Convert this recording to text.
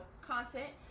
content